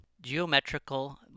geometrical